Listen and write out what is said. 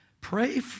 Pray